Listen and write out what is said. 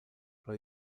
pro